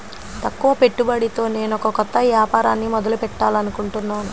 తక్కువ పెట్టుబడితో నేనొక కొత్త వ్యాపారాన్ని మొదలు పెట్టాలనుకుంటున్నాను